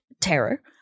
terror